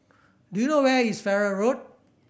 do you know where is Farrer Road